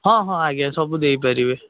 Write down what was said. ହଁ ହଁ ଆଜ୍ଞା ସବୁ ଦେଇ ପାରିବେ